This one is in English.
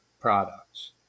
products